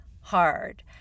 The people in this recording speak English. hard